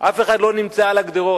אף אחד לא נמצא על הגדרות.